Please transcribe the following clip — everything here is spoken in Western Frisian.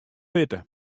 witte